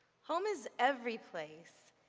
home is every place,